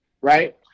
right